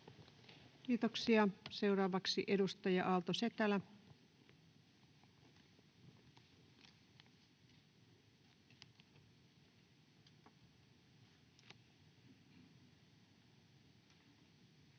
Kiitoksia. — Seuraavaksi edustaja Aalto-Setälä. [Speech